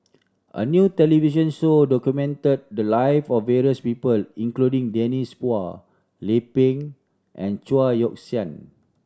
a new television show documented the live of various people including Denise Phua Lay Peng and Chao Yoke San